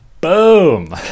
Boom